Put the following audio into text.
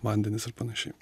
vandenis ir panašiai